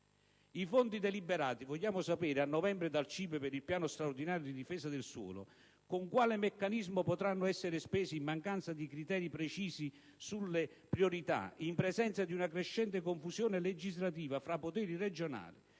I fondi deliberati a novembre dal CIPE per il piano straordinario di difesa del suolo vogliamo sapere con quale meccanismo potranno essere spesi in mancanza di criteri precisi sulle priorità e in presenza di una crescente confusione legislativa fra poteri regionali,